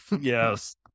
Yes